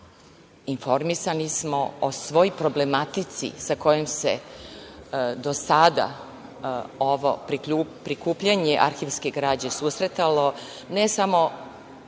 informisani smo o svoj problematici sa kojom se do sada ovo prikupljanje arhivske građe susretalo ne samo